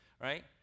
right